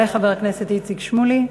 יעלה חבר הכנסת איציק שמולי.